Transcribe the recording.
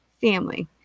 family